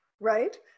right